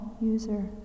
user